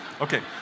Okay